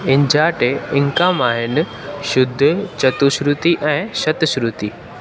इनजा टे इन्काम आहिनि शुद्ध चतुश्रुति ऐं शतश्रुति